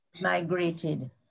Migrated